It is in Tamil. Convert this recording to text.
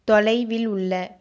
தொலைவில் உள்ள